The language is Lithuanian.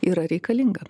yra reikalinga